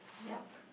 yup